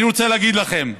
אני רוצה להגיד לכם,